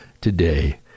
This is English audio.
today